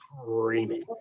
screaming